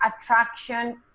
attraction